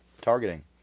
targeting